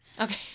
Okay